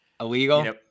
illegal